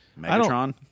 Megatron